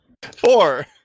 Four